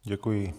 Děkuji.